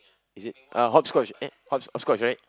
is it uh hopscotch eh hop hopscotch right